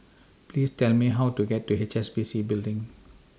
Please Tell Me How to get to H S B C Building